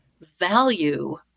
value